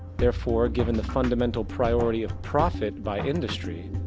therefore given the fundamental priority of profit by industry,